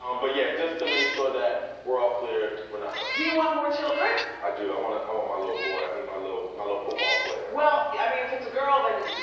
um but yeah, just to make sure that we're all clear we're not pregnant. do you want more children? i do, i wanna, i want my little boy. i need my little my little football player. well, i mean if it's a girl, then?